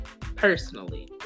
personally